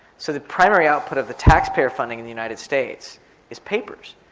so the primary output of the taxpayer funding in the united states is papers,